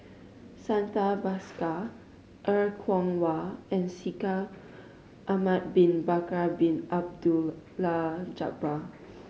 Santha Bhaskar Er Kwong Wah and Shaikh Ahmad Bin Bakar Bin Abdullah Jabbar